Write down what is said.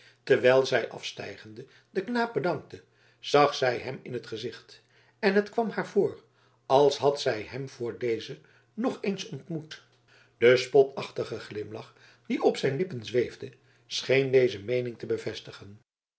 terwijl zij afstijgende den knaap bedankte zag zij hem in t gezicht en het kwam haar voor als had zij hem voordezen nog eens ontmoet de spotachtige glimlach die op zijn lippen zweefde scheen deze meening te bevestigen